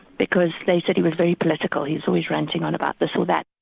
because they said he was very political, he was always ranting on about this or that.